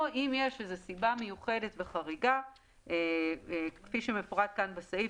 או אם יש איזו סיבה מיוחדת וחריגה כפי שמפורט כאן בסעיף: